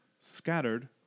scattered